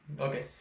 okay